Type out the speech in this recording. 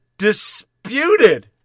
Disputed